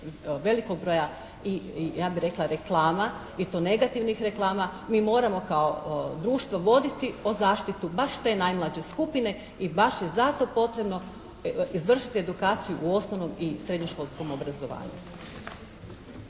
velikog broja ja bih rekla reklama i to negativnih reklama. Mi moramo kao društvo voditi o zaštitu baš te najmlađe skupine i baš je zato potrebno izvršiti edukaciju u osnovnom i srednjoškolskom obrazovanju.